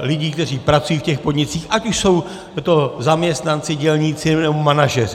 lidí, kteří pracují v těch podnicích, ať už jsou to zaměstnanci, dělníci, nebo manažeři.